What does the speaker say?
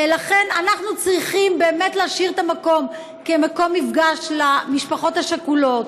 לכן אנחנו צריכים באמת להשאיר את המקום כמקום מפגש למשפחות השכולות,